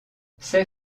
ses